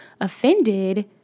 offended